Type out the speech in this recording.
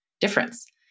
difference